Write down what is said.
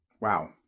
Wow